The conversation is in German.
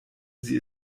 sie